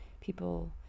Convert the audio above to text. people